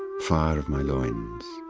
fire of my loins.